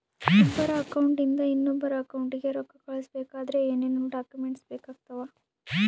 ಒಬ್ಬರ ಅಕೌಂಟ್ ಇಂದ ಇನ್ನೊಬ್ಬರ ಅಕೌಂಟಿಗೆ ರೊಕ್ಕ ಕಳಿಸಬೇಕಾದ್ರೆ ಏನೇನ್ ಡಾಕ್ಯೂಮೆಂಟ್ಸ್ ಬೇಕಾಗುತ್ತಾವ?